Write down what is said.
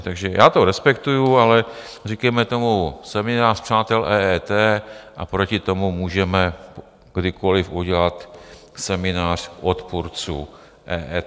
Takže já to respektuji, ale říkejme tomu seminář přátel EET a proti tomu můžeme kdykoliv udělat seminář odpůrců EET.